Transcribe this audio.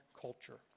culture